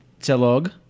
Telog